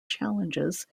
challenges